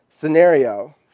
scenario